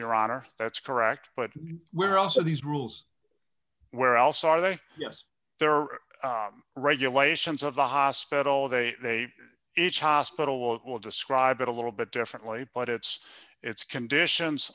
your honor that's correct but we're also these rules where else are they yes there are regulations of the hospital they each hospital will it will describe it a little bit differently but it's it's conditions